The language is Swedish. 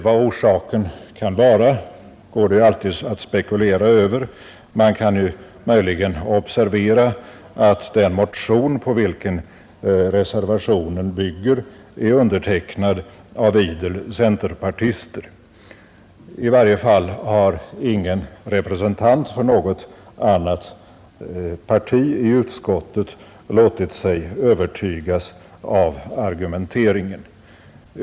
Vad orsaken kan vara går det alltid att spekulera över. Man kan möjligen observera att den motion på vilken reservationen bygger är undertecknad av idel centerpartister. I varje fall har ingen representant för något annat parti i utskottet låtit sig övertygas av argumenteringen.